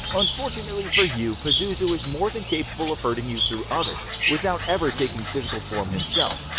unfortunately for you, pazuzu is more than capable of hurting you through others without ever taking physical form himself.